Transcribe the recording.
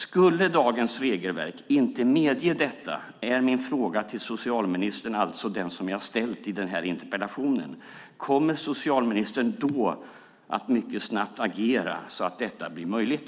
Skulle dagens regelverk inte medge detta är min fråga till socialministern alltså den som jag ställt i denna interpellation: Kommer socialministern då att mycket snabbt agera så att detta blir möjligt?